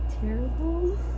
Terrible